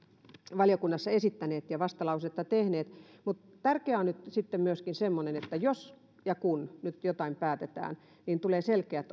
valiokunnassa esittäneet ja vastalausetta tehneet mutta tärkeää on nyt myöskin semmoinen että jos ja kun nyt jotain päätetään niin tulee selkeät